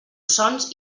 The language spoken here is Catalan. sons